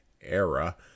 era